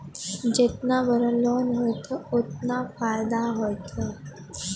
जेतना बड़ो लोन होतए ओतना फैदा होतए